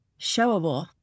showable